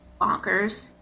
bonkers